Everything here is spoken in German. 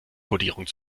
kodierung